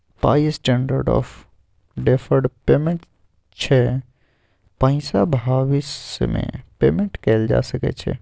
पाइ standard of deferred payment छै पाइसँ भबिस मे पेमेंट कएल जा सकै छै